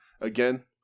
again